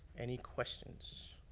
any questions?